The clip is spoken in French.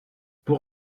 pour